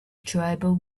tribal